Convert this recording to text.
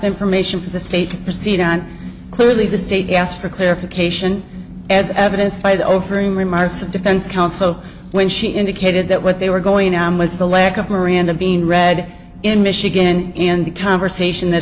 information for the state proceed on clearly the state asked for clarification as evidenced by the opening remarks of defense counsel when she indicated that what they were going on was the lack of miranda being read in michigan in the conversation that